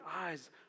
eyes